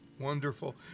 Wonderful